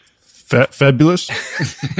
Fabulous